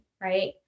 right